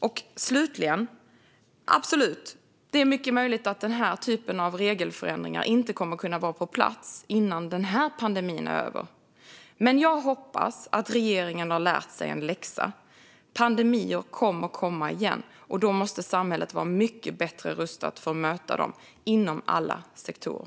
Det är absolut mycket möjligt att denna typ av regelförändringar inte kommer att kunna vara på plats innan den här pandemin är över. Men jag hoppas att regeringen har lärt sig en läxa. Pandemier kommer att komma igen. Då måste samhället vara mycket bättre rustat för att möta dem inom alla sektorer.